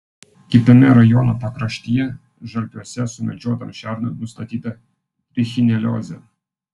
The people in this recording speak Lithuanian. kitame rajono pakraštyje žalpiuose sumedžiotam šernui nustatyta trichineliozė